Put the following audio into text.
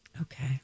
Okay